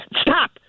stop